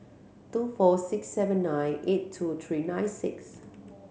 two four six seven nine eight two three nine six